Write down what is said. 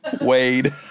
Wade